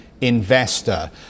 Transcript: investor